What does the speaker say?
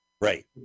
Right